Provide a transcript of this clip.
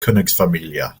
königsfamilie